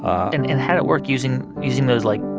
and and how'd it work using using those, like,